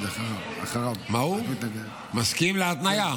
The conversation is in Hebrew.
מסכים להתניה?